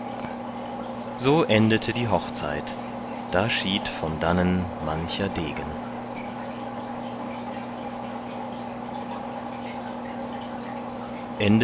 so endete die hochzeit da schied von dannen mancher degen